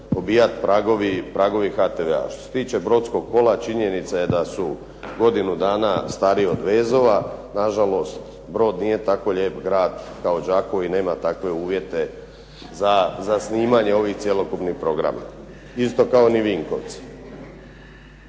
obijati pragovi HTV-a. Što se tiče Brodskog kola, činjenica je da su godinu dana starije od Vezova. Nažalost Brod nije tako lijep grad kao Đakovo i nema takve uvjete za snimanje ovih cjelokupnih programa, isto kao ni Vinkovci.